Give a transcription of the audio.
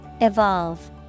Evolve